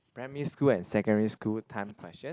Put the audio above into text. primary school and secondary school time question